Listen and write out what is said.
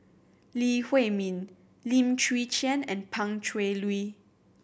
Lee Huei Min Lim Chwee Chian and Pan Cheng Lui